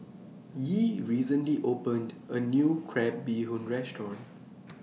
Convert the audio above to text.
Yee recently opened A New Crab Bee Hoon Restaurant